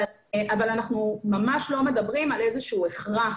אבל אנחנו ממש לא מדברים על איזה שהוא הכרח,